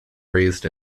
raised